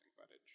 footage